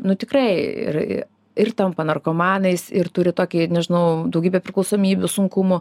nu tikrai ir ir tampa narkomanais ir turi tokį nežinau daugybę priklausomybių sunkumų